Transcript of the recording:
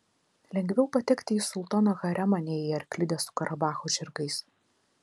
lengviau patekti į sultono haremą nei į arklidę su karabacho žirgais